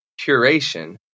Curation